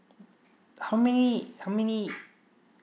how many how many